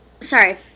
sorry